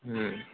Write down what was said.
ம்